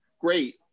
great